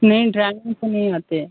नहीं ड्राइवर तो नहीं आते है